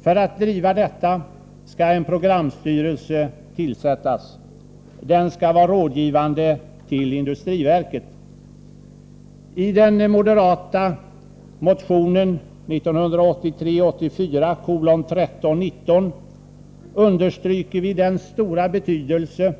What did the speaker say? För att driva detta skall en programstyrelse tillsättas. Den skall vara rådgivande till industriverket. I den moderata motionen 1983/84:1319 understryker vi den stora betydelse